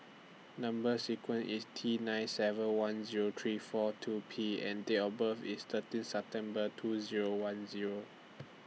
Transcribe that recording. Number sequence IS T nine seven one Zero three four two P and Date of birth IS thirteen September two Zero one Zero